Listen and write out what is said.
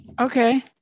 Okay